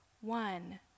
one